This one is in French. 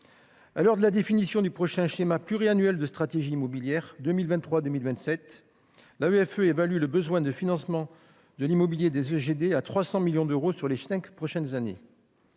À l'heure de la définition du prochain schéma pluriannuel de stratégie immobilière (SPSI) pour les années 2023 à 2027, l'AEFE évalue le besoin de financement de l'immobilier des EGD à 300 millions d'euros pour les cinq prochaines années.